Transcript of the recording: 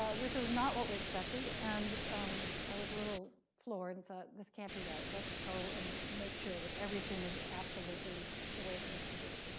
ah this was not what we expected. and i was a little floored and thought, this can't be right. let's go and make sure that everything is absolutely the way it needs to be.